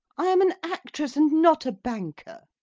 i am an actress and not a banker.